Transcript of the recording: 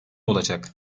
olacak